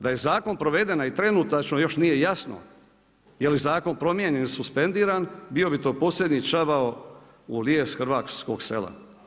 Da je zakon proveden i trenutačno još nije jasno je li zakon promijenjen ili suspendiran, bio bi to posljednji čavao u lijes hrvatskog sela.